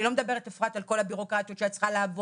אני לא מדברת אפרת על כל הבירוקרטיות שאת צריכה לעבור,